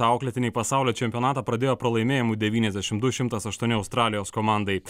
auklėtiniai pasaulio čempionatą pradėjo pralaimėjimu devyniasdešimt du šimtas aštuoni australijos komandai